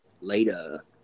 Later